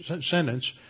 sentence